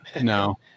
No